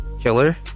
killer